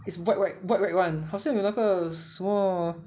white white white [one] 好像有那个什么